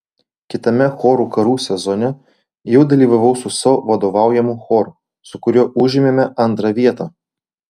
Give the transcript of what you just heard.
kitame chorų karų sezone jau dalyvavau su savo vadovaujamu choru su kuriuo užėmėme antrą vietą